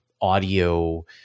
audio